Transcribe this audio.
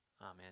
Amen